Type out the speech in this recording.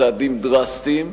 צעדים דרסטיים,